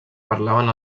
parlaven